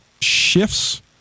shifts